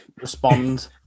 respond